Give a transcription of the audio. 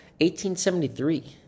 1873